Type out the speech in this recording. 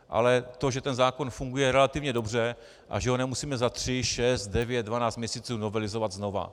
Ale to, že ten zákon funguje relativně dobře a že ho nemusíme za tři, šest, devět, dvanáct měsíců novelizovat znova.